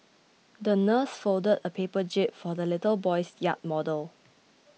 the nurse folded a paper jib for the little boy's yacht model